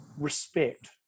respect